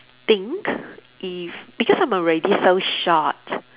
think if because I'm already so short